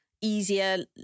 easier